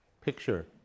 picture